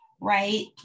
right